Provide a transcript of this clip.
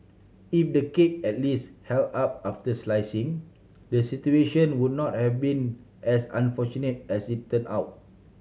if the cake at least held up after slicing the situation would not have been as unfortunate as it turned out